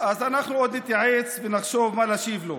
אז אנחנו עוד נתייעץ ונחשוב מה נשיב לו.